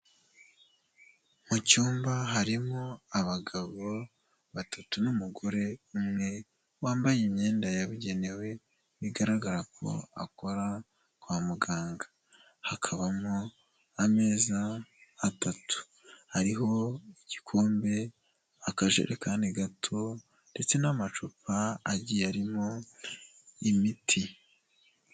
Mu cyumba harimo abagabo batatu n'umugore umwe, wambaye imyenda yabugenewe bigaragara ko akora kwa muganga, hakabamo ameza atatu, hariho igikombe, akajerekani gato ndetse n'amacupa agiyerimo imiti.